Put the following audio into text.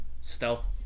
stealth